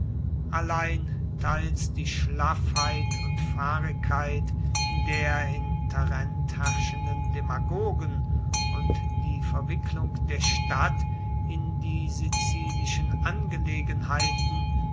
allein teils die schlaffheit und fahrigkeit der in tarent herrschenden demagogen und die verwicklung der stadt in die sizilischen angelegenheiten